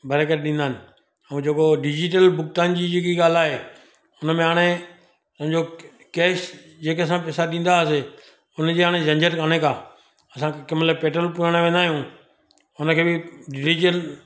भरे करे ॾींदा आहिनि ऐं जेको डिज़ीटल भुगतान जी जेका ॻाल्हि आहे हुन में हाणे पंहिंजो क केश जेके पैसा असां ॾींदा हुआसीं हुनजी हाणे झंझट काने का असांखे कंहिं महिल पेट्रोल पुराइण वेंदा आहियूं हुनखे बि डिज़ीटल